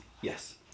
Yes